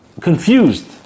confused